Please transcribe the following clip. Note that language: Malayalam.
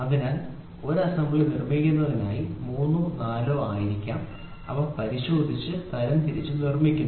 അതിനാൽ 1 അസംബ്ലി നിർമ്മിക്കുന്നതിനായി 3 4 ആയിരിക്കാം പരിശോധിച്ച് തരംതിരിച്ച് നിർമ്മിക്കുന്നത്